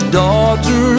daughter